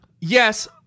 yes